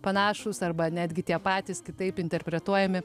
panašūs arba netgi tie patys kitaip interpretuojami